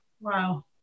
Wow